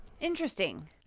Interesting